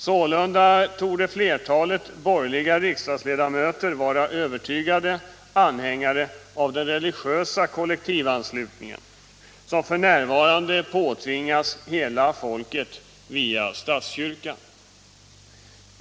Sålunda torde flertalet borgerliga riksdagsledamöter vara övertygade anhängare av den religiösa kollektivanslutning som f. n. påtvingas hela folket via statskyrkan.